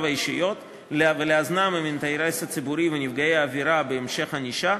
האישיות ולאזנם עם האינטרס של הציבור ושל נפגעי העבירה בהמשך ענישה,